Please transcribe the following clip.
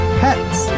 pets